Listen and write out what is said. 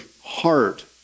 heart